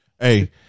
Hey